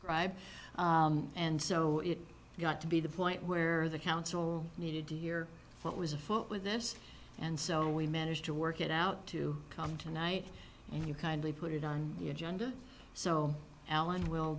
and so it got to be the point where the council needed to hear what was afoot with this and so we managed to work it out to come tonight and you kindly put it on the agenda so alan will